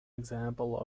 example